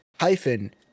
hyphen